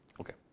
Okay